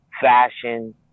fashion